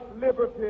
liberty